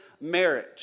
marriage